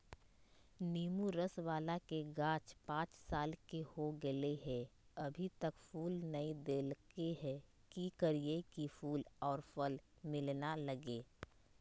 नेंबू रस बाला के गाछ पांच साल के हो गेलै हैं अभी तक फूल नय देलके है, की करियय की फूल और फल मिलना लगे?